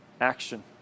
action